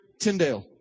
tyndale